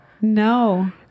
No